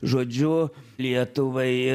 žodžiu lietuvai